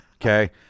okay